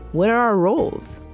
what are our roles?